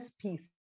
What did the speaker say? piece